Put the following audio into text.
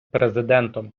президентом